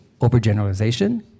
overgeneralization